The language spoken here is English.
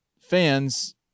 fans